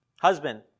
Husband